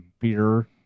beer